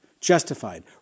justified